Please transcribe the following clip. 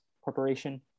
corporation